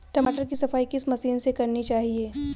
टमाटर की सफाई किस मशीन से करनी चाहिए?